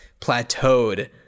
plateaued